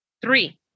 three